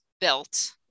built